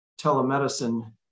telemedicine